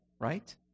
right